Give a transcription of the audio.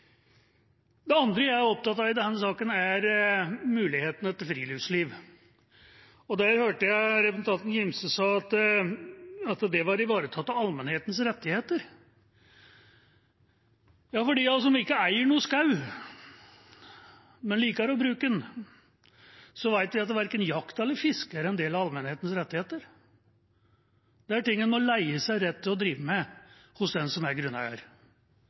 Det andre jeg er opptatt av i denne saken, er mulighetene til friluftsliv. Der hørte jeg representanten Gimse si at det var ivaretatt av allmennhetens rettigheter. De av oss som ikke eier noe skog, men liker å bruke den, vet at verken jakt eller fiske er en del av allmennhetens rettigheter. Det er ting en må leie seg rett til å drive med hos den som er grunneier.